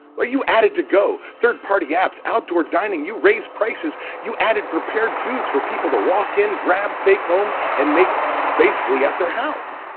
well you added to go, third-party apps, outdoor dining, you raise prices, you added prepared foods for people to walk in, grab, take home and make basically at their house.